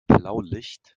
blaulicht